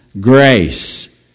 grace